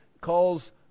calls